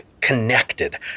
connected